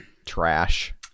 Trash